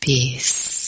Peace